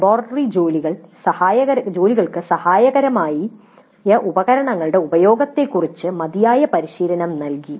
laboratory ജോലികൾക്ക് സഹായകമായ ഉപകരണങ്ങളുടെ ഉപയോഗത്തെക്കുറിച്ച് മതിയായ പരിശീലനം നൽകി